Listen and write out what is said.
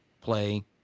play